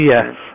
Yes